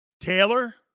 Taylor